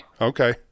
Okay